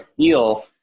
feel